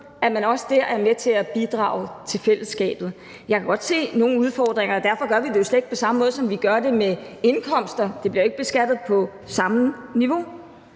er man også der med til at bidrage til fællesskabet. Jeg kan godt se nogle udfordringer, og derfor gør vi det jo slet ikke på samme måde, som vi gør med indkomster. Det bliver ikke beskattet på samme niveau.